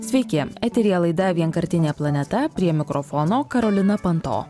sveiki eteryje laida vienkartinė planeta prie mikrofono karolina panto